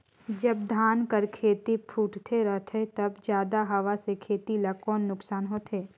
जब धान कर खेती फुटथे रहथे तब जादा हवा से खेती ला कौन नुकसान होथे?